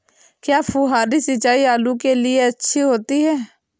क्या फुहारी सिंचाई आलू के लिए अच्छी होती है?